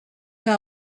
que